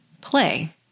play